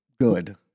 good